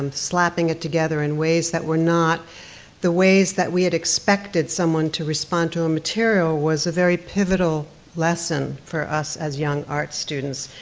um slapping it together in ways that were not the ways that we had expected someone to respond to a material, was a very pivotal lesson for us as young art students.